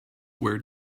where